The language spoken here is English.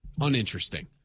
uninteresting